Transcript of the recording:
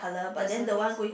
the surface